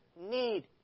need